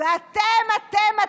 אתם,